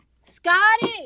Scotty